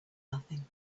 nothing